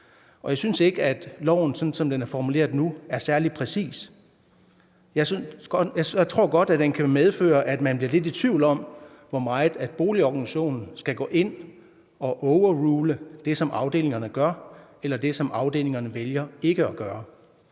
Jeg synes ikke, at lovforslaget, sådan som det er formuleret nu, er særlig præcist. Jeg tror godt, at det kan medføre, at man bliver lidt i tvivl om, hvor meget boligorganisationen skal gå ind og overrule det, som afdelingerne gør, eller det, som afdelingerne vælger ikke at gøre.